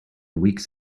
weeks